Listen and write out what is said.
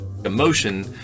Emotion